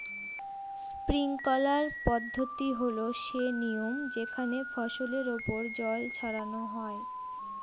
sprinkler পদ্ধতি হল সে নিয়ম যেখানে ফসলের ওপর জল ছড়ানো হয়